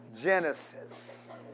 Genesis